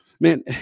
man